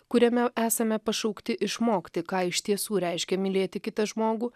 kuriame esame pašaukti išmokti ką iš tiesų reiškia mylėti kitą žmogų